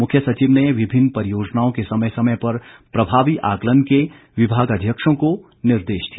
मुख्य सचिव ने विभिन्न परियोजनाओं के समय समय पर प्रभावी आकलन के विभागाध्यक्षों को निर्देश दिए